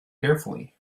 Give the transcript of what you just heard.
carefully